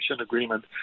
agreement